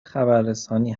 خبررسانی